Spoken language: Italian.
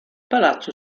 palazzo